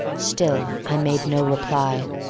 still i made no reply.